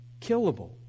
killable